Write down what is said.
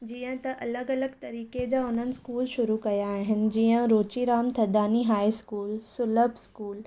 जीअं त अलॻि अलॻि तरीक़े जा हुननि स्कूल शुरू कया आहिनि जीअं Rochiram Thadani high school Sulabh school